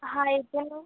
हां येते ना